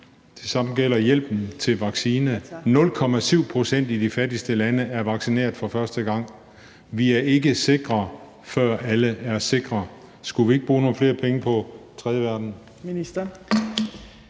Det samme gælder hjælpen til vaccine. 0,7 pct. i de fattigste lande er vaccineret for første gang. Vi er ikke sikre, før alle er sikre. Skulle vi ikke bruge nogle flere penge på tredje verden?